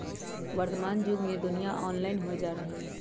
वर्तमान जुग में दुनिया ऑनलाइन होय जा रहल हइ